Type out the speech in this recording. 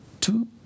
two